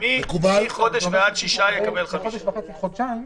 מחודש ועד שישה חודשים,